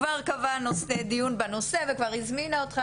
כבר קבענו דיון בנושא וכבר הזמינה אותך,